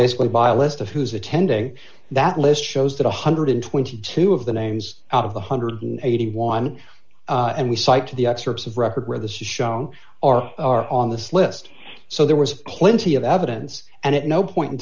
basically buy a list of who's attending that list shows that one hundred and twenty two of the names out of the one hundred and eighty one and we cite to the excerpts of record where the shown are are on this list so there was plenty of evidence and at no point in